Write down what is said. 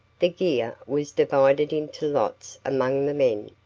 the gear was divided into lots among the men,